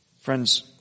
Friends